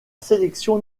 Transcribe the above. sélection